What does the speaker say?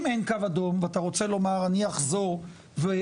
אם אין קו אדום ואתה אומר אני אחזור ואומר